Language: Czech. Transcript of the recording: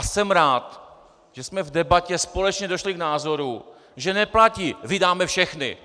Jsem rád, že jsme v debatě společně došli k názoru, že neplatí: Vydáme všechny!